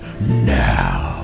now